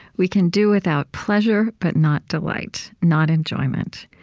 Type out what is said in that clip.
we can do without pleasure, but not delight. not enjoyment.